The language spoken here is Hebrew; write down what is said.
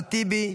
אחמד טיבי,